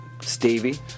Stevie